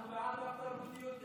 אנחנו בעד רב-תרבותיות,